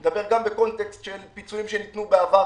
אני מדבר גם בקונטקסט של פיצויים שניתנו בעבר